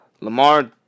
Lamar